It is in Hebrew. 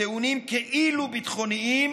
בטיעונים כאילו-ביטחוניים